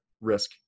risk